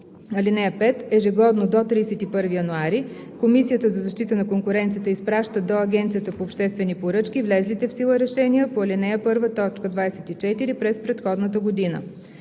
„(5) Ежегодно до 31 януари Комисията за защита на конкуренцията изпраща до Агенцията по обществени поръчки влезлите в сила решения по ал. 1, т. 24 през предходната година.“